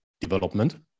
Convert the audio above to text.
development